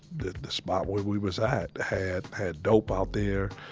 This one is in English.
that the spot where we was at had, had dope out there.